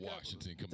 Washington